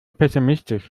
pessimistisch